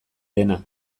dena